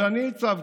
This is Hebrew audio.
את זה אני עיצבתי.